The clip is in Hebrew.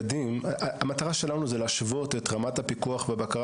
המטרה שלנו היא להשוות את רמת הפיקוח והבקרה